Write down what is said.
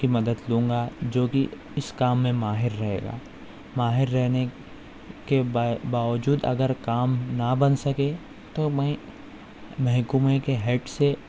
کی مدد لوں گا جوکہ اس کام میں ماہر رہے گا ماہر رہنے کے باوجود اگر کام نہ بن سکے تو میں محکمہ کے ہیڈ سے